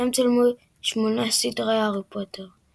שם צולמו שמונת סרטי הארי פוטר.